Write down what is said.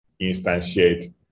instantiate